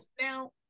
now